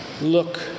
Look